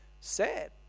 sad